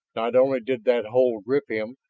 not only did that hold grip him,